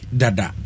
dada